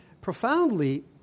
profoundly